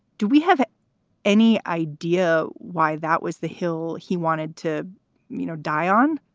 do we have any idea why that was the hill he wanted to you know die on?